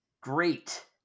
great